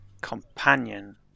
Companion